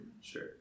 sure